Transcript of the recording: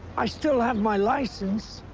i still have my license.